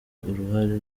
uruhare